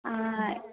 ആ